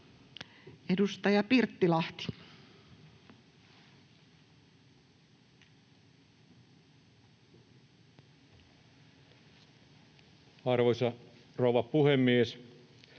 Edustaja Koponen, Ari. Arvoisa rouva puhemies!